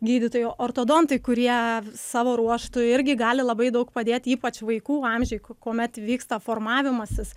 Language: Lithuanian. gydytojai ortodontai kurie savo ruožtu irgi gali labai daug padėti ypač vaikų amžiuj kuomet vyksta formavimasis